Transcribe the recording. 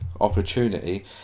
opportunity